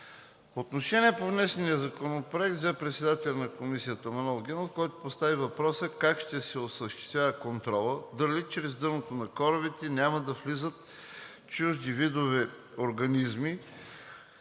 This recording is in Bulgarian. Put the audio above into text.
Отношение по внесения законопроект взе председателят на Комисията Манол Генов, който постави въпроса как ще се осъществява контролът – дали чрез дъното на корабите няма да навлизат чужди видове организми,